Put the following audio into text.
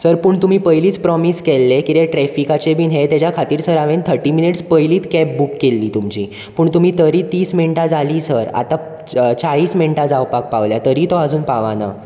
sir पूण तुमीं पयलींच प्रोमीस केल्लें कितें ट्रॅफिकाचें बी हें तेच्या खातीर सर हांवेन थर्टी मिनिट्स पयलींच कॅब बूक केल्ली तुमची पूण तुमी तरी तीस मिनटां जालीं सर आतां च चाळीस मिनटां जावपाक पावल्यांत तरी तो आजून पावना